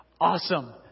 awesome